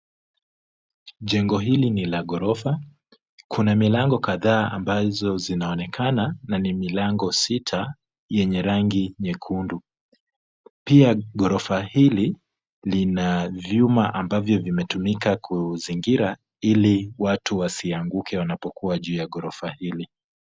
Jengo hili ni la ghorofa, kuna milango kadhaa ambazo zinaonekana na ni milango sita yenye rangi nyekundu. Ghorofa hili lina vyuma ambavyo vimetumika ili watu wasianguke kutoka juu ya ghorofa hili.